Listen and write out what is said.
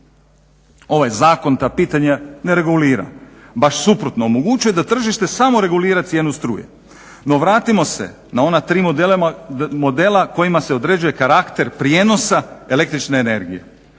Ovaj zakon ta pitanja ne regulira. Baš sutprotno omogućuje da tržište samo regulira cijenu struje. No vratimo se na ona tri modela kojima se određuje karakter prijenosa električne energije,